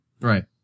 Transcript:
Right